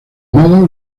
modos